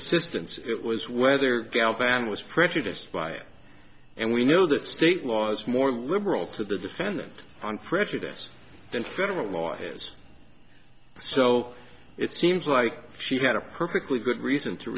assistance it was whether bell fan was prejudiced by it and we know that state laws more liberal to the defendant on prejudice in federal law is so it seems like she got a perfectly good reason to